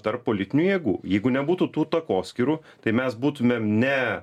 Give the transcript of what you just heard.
tarp politinių jėgų jeigu nebūtų tų takoskyrų tai mes būtumėm ne